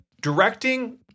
directing